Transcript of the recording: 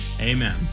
Amen